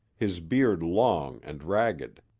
his beard long and ragged.